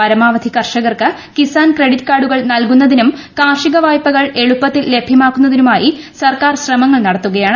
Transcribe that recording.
പരമാവധി കർഷകർക്ക് കിസാൻ ക്രെഡിറ്റ് കാർഡുകൾ നൽകുന്നതിനും കാർഷിക വായ്പകൾ എളുപ്പത്തിൽ ലഭ്യമാക്കുന്നതിനുമായി സർക്കാർ ശ്രമങ്ങൾ നടത്തുകയാണ്